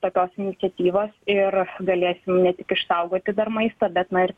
tokios iniciatyvos ir galėsim ne tik išsaugoti dar maistą bet na ir